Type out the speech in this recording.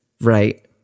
Right